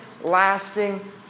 lasting